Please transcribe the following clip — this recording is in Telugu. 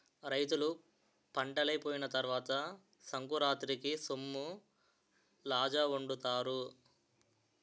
రైతులు పంటలైపోయిన తరవాత సంకురాతిరికి సొమ్మలజావొండుతారు